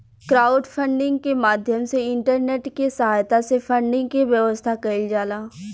crowdfunding के माध्यम से इंटरनेट के सहायता से फंडिंग के व्यवस्था कईल जाला